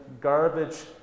garbage